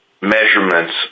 measurements